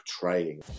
portraying